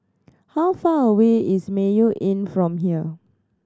how far away is Mayo Inn from here